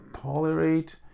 tolerate